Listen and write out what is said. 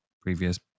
previous